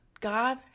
God